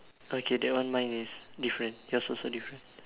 okay that one mine is different yours also different